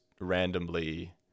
randomly